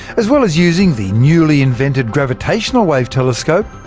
as well as using the newly invented gravitational wave telescope,